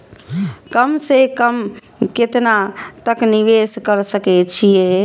कम से कम केतना तक निवेश कर सके छी ए?